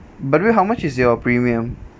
by the way how much is your premium